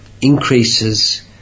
increases